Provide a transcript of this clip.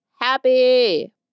happy